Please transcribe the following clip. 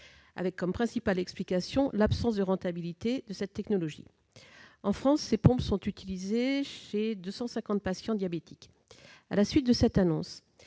avec comme principale explication l'absence de rentabilité de cette technologie. En France, ces pompes sont utilisées par 250 patients diabétiques. À la suite de cette annonce,